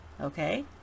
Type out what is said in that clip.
Okay